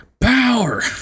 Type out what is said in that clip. Power